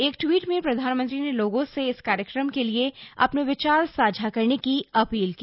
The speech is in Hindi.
एक ट्वीट में प्रधानमंत्री ने लोगों से इस कार्यक्रम के लिए अपने विचार साझा करने की अपील की